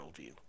worldview